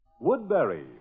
Woodbury